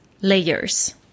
layers